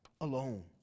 alone